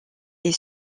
est